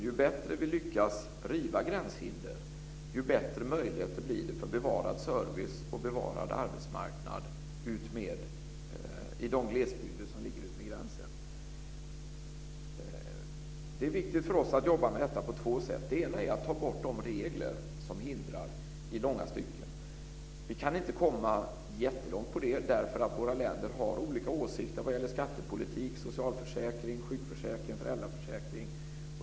Ju bättre vi lyckas riva gränshinder, desto bättre möjligheter blir det för bevarad service och bevarad arbetsmarknad i de glesbygder som ligger utmed gränsen. Det är viktigt för oss att jobba med detta på två sätt. Det ena är att ta bort de regler som i långa stycken hindrar. Vi kan inte komma jättelångt med det, därför att våra länder har olika åsikter vad gäller skattepolitik, socialförsäkring, sjukförsäkring och föräldraförsäkring.